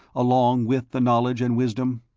along with the knowledge and wisdom?